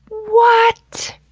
what,